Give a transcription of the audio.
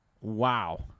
Wow